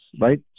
right